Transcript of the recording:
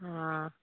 आं